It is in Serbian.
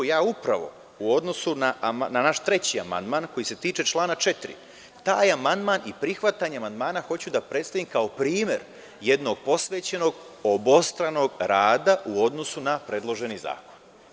Upravo u odnosu na naš treći amandman koji se tiče člana 4, taj amandman i prihvatanje amandmana hoću da predstavim kao primer jednog posvećenog obostranog rada u odnosu na predloženi zakon.